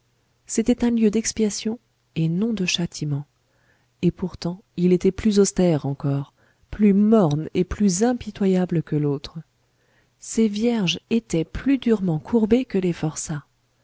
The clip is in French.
c'était un lieu d'expiation et non de châtiment et pourtant il était plus austère encore plus morne et plus impitoyable que l'autre ces vierges étaient plus durement courbées que les forçats